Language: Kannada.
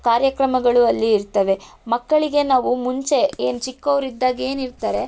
ಕಾರ್ಯಕ್ರಮಗಳು ಅಲ್ಲಿ ಇರ್ತವೆ ಮಕ್ಕಳಿಗೆ ನಾವು ಮುಂಚೆ ಏನು ಚಿಕ್ಕೋವ್ರಿದ್ದಾಗ ಏನು ಇರ್ತರೆ